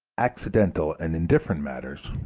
accidental and indifferent matters,